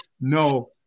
No